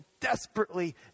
desperately